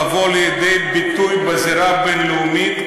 לבוא לידי ביטוי בזירה הבין-לאומית: